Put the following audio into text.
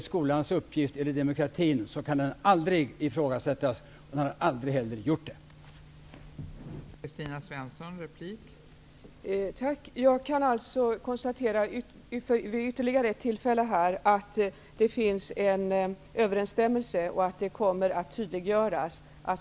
Skolans uppgift och demokratin kan aldrig ifrågasättas och har aldrig heller ifrågasatts.